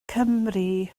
cymry